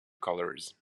colours